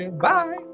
bye